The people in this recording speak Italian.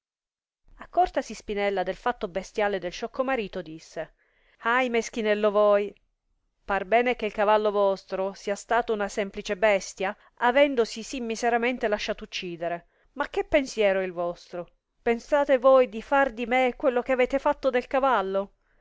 veduto accortasi spinella del fatto bestiale del sciocco marito disse ahi meschinello voi par bene che il cavallo vostro sìa stato una semplice bestia avendosi sì miseramente lasciato uccidere ma che pensiero è il vostro pensate voi far dì me quello che fatto avete del cavallo